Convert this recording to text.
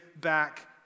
back